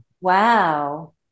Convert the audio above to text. Wow